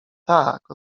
tak